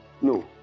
No